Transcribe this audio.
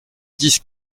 dix